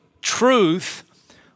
truth